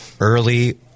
early